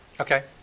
Okay